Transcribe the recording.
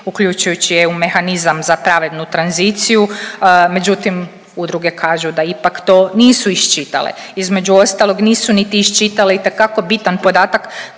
uključujući EU mehanizam za pravednu tranziciju, međutim udruge kažu da ipak to nisu iščitale. Između ostalog nisu niti iščitale itekako bitan podatak